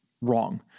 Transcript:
wrong